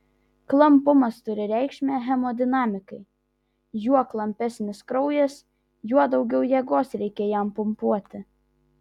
klampumas turi reikšmę hemodinamikai juo klampesnis kraujas juo daugiau jėgos reikia jam pumpuoti